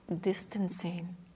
distancing